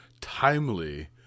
timely